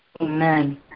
Amen